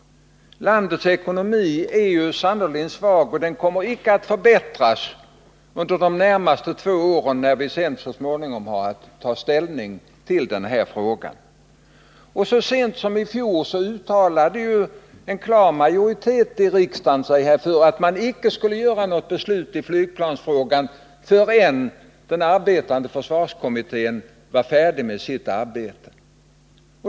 Landets ekonomi är sannerligen svag, och den kommer icke att förbättras under de närmaste två åren, tills vi då har att ta slutlig ställning till frågan. Så sent som i fjol uttalade sig en klar majoritet i riksdagen för att man icke skulle fatta något beslut i flygplansfrågan förrän försvarskommittén var färdig med sitt arbete.